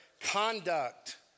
conduct